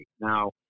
Now